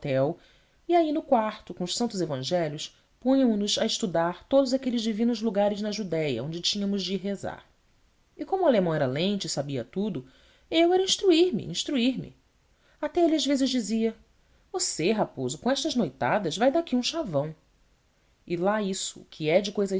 o hotel e aí no quarto com os santos evangelhos punhamo nos a estudar todos aqueles divinos lugares na judéia onde tínhamos de ir rezar e como o alemão era lente e sabia tudo eu era instruir me instruir me até ele às vezes dizia você raposo com estas noitadas vai daqui um chavão e lá isso o que é de cousas